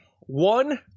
one